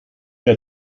der